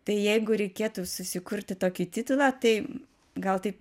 tai jeigu reikėtų susikurti tokį titulą tai gal taip